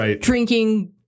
drinking